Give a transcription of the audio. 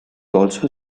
also